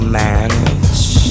manage